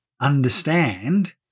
understand